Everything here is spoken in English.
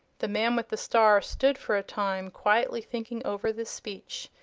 the man with the star stood for a time quietly thinking over this speech.